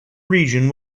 region